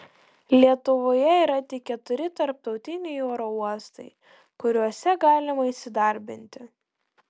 lietuvoje yra tik keturi tarptautiniai oro uostai kuriuose galima įsidarbinti